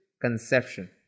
conception